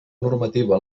normativa